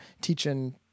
teaching